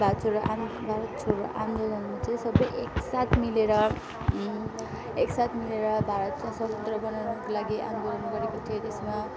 भारत छोडो अनि भारत छोडो आन्दोलन चाहिँ सबै एकसाथ मिलेर एकसाथ मिलेर भारतलाई स्वतन्त्र बनाउनुको लागि आन्दोलन गरेको थियो त्यसमा